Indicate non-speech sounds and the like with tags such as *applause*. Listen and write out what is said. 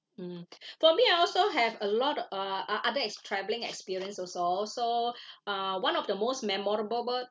mm for me I also have a lot of uh uh other ex~ travelling experience also so *breath* uh one of the most memorable